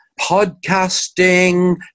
podcasting